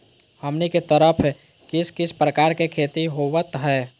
हमनी के तरफ किस किस प्रकार के खेती होवत है?